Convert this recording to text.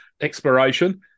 exploration